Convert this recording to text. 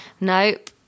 Nope